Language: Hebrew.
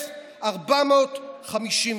ל-879,451.